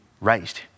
raised